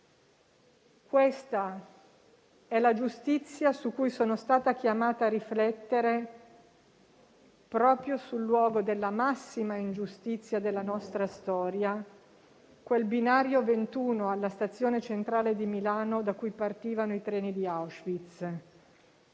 Questa è la giustizia su cui sono stata chiamata a riflettere proprio sul luogo della massima ingiustizia della nostra storia, quel binario 21 alla stazione centrale di Milano da cui partivano i treni di Auschwitz.